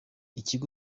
ikigo